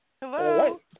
Hello